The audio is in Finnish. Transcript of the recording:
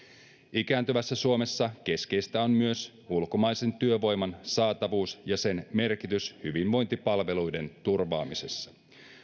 ikääntyvässä suomessa keskeistä on myös ulkomaisen työvoiman saatavuus ja sen merkitys hyvinvointipalveluiden turvaamisessa